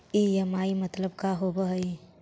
EMI मतलब का होब हइ?